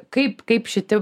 kaip kaip šiti